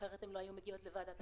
אחרת הן לא היו מגיעות לוועדת הכספים.